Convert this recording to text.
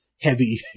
heavy